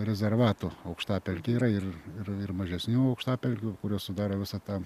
rezervato aukštapelkė yra ir ir ir mažesnių aukštapelkių kurios sudaro visą tą